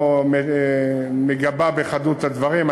לא מגבה בחדות את הדברים.